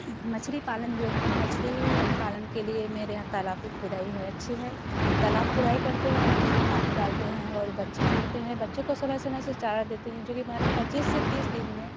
मछली पालन जो है मछली पालन के लिए मेरे यहाँ तालाब भी खुदाई है अच्छी है तालाब खुदाई करते हैं उसमें पानी डालते हैं और बच्चे छोड़ते हैं बच्चों को समय से समय से चारा देते हैं जो कि हमारे पच्चीस से तीस दिन में